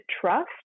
trust